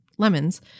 Lemons